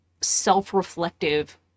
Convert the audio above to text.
self-reflective